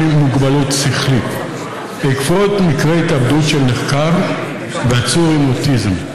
עם מוגבלות שכלית בעקבות מקרה התאבדות של נחקר ועצור עם אוטיזם.